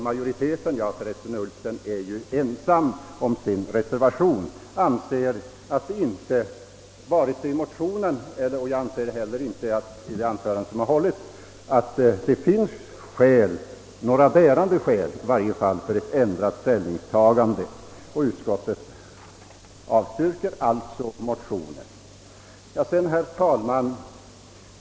Majoriteten -— herr Ullsten är för övrigt ensam om sin reservation — anser att i motionen inte har anförts några bärande skäl för ett ändrat ställningstagande. Utskottet avstyrker därför motionen.